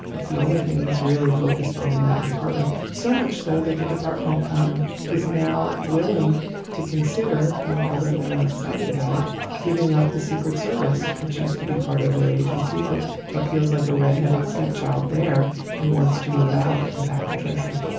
it's the only thing he's really focused on in that department. so much so that the department um is now willing to consider all then they're excited about it giving up the secret service, which used to be part of their agency. but but feels like a red headed stepchild there and wants to move out and back to treasury